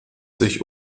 sich